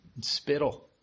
spittle